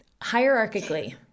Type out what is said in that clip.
hierarchically